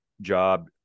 job